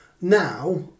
now